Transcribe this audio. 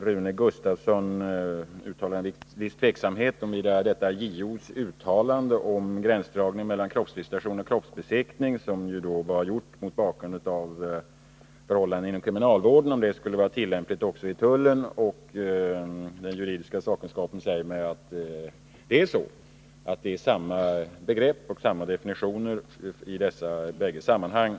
Rune Gustavsson uttalade en viss tveksamhet om huruvida JO:s uttalande om gränsdragning mellan kroppsvisitation och kroppsbesiktning, som gjordes mot bakgrund av förhållanden inom kriminalvården, skulle vara tillämpligt också för tullen. Den juridiska sakkunskapen säger mig att det är så, att det är samma begrepp och samma definitioner i dessa bägge sammanhang.